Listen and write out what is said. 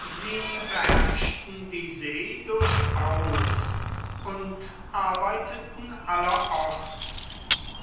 sie beherrschten die see durchaus und arbeiteten allerorts